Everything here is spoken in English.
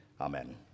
Amen